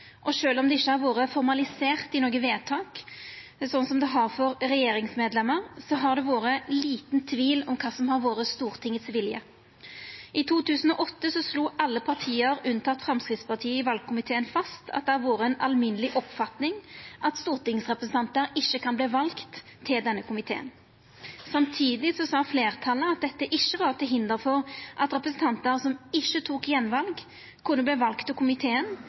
og sjølv om det ikkje har vore formalisert i noko vedtak, slik det har for regjeringsmedlemer, har det vore liten tvil om kva som har vore Stortingets vilje. I 2008 slo alle partia i valkomiteen, unnateke Framstegspartiet, fast at det har vore ei alminneleg oppfatning at stortingsrepresentantar ikkje kan verta valde til denne komiteen. Samtidig sa fleirtalet at dette ikkje var til hinder for at representantar som ikkje tok attval, kunne verta valde til komiteen